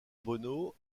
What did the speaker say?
bono